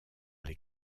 les